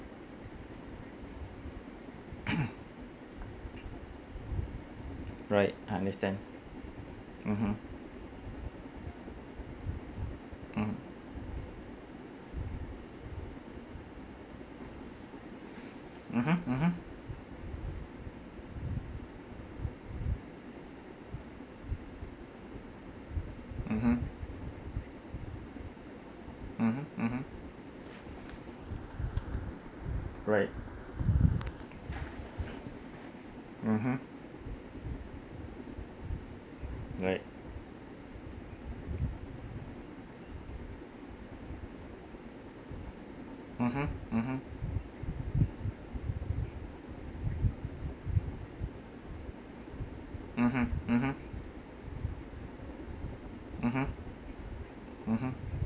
right I understand mmhmm mmhmm mmhmm mmhmm mmhmm mmhmm mmhmm right mmhmm right mmhmm mmhmm mmhmm mmhmm mmhmm mmhmm